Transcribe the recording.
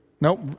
Nope